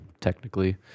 technically